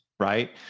right